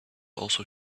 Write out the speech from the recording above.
also